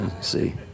see